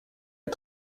est